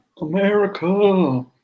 America